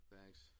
Thanks